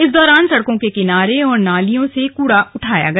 इस दौरान सड़कों के किनारों और नालियों से कूड़ा उठाया गया